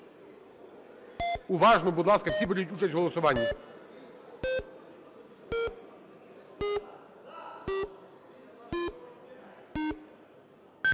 Уважно, будь ласка. Всі беріть участь в голосуванні.